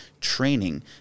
training